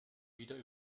wieder